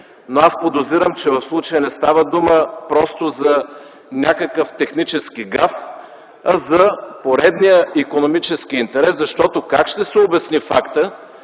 Аз подозирам, че в случая не става дума просто за някакъв технически гаф, а за поредния икономически интерес. Защото, как ще се обясни факта,